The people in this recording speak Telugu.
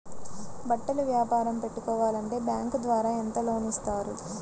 బట్టలు వ్యాపారం పెట్టుకోవాలి అంటే బ్యాంకు ద్వారా ఎంత లోన్ ఇస్తారు?